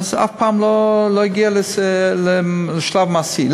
אף פעם לא הגיע לשלב מעשי.